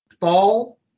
fall